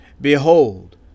Behold